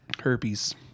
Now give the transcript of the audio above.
herpes